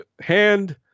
hand